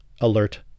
alert